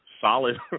solid